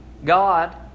God